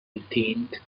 eighteenth